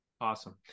Awesome